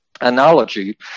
analogy